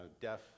deaf